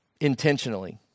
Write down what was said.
intentionally